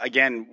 Again